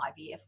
IVF